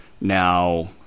now